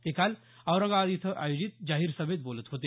ते काल औरंगाबाद इथं आयोजित जाहीर सभेत बोलत होते